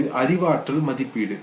இது அறிவாற்றல் மதிப்பீடு